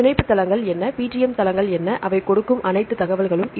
பிணைப்பு தளங்கள் என்ன PTM தளங்கள் என்ன அவை கொடுக்கும் அனைத்து தகவல்களும்